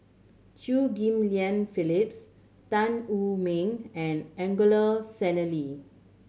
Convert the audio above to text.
Chew Ghim Lian Phyllis Tan Wu Meng and Angelo Sanelli